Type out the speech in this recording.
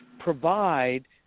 Provide